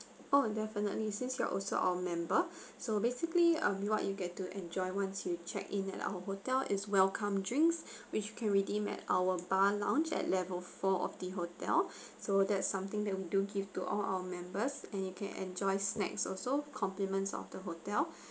oh definitely since you're also our member so basically um what you get to enjoy once you checked in at our hotel is welcome drinks which can redeem at our bar lounge at level four of the hotel so that's something that we do give to all our members and you can enjoy snacks also compliments of the hotel